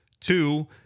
Two